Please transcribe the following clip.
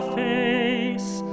face